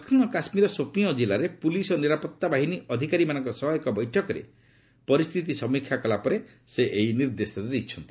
ଦକ୍ଷିଣ କାଶ୍ମୀରର ସୋପିଅଁ ଜିଲ୍ଲାରେ ପୁଲିସ ଓ ନିରାପତ୍ତାବାହିନୀ ଅଧିକାରୀମାନଙ୍କ ସହ ଏକ ବୈଠକରେ ପରିସ୍ଥିତି ସମୀକ୍ଷା କଲା ପରେ ସେ ଏହି ନିର୍ଦ୍ଦେଶ ଦେଇଛନ୍ତି